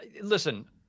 listen